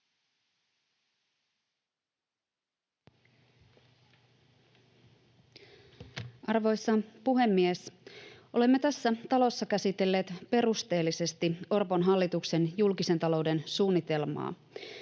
Arvoisa puhemies! Olemme tässä talossa käsitelleet perusteellisesti Orpon hallituksen julkisen talouden suunnitelmaa.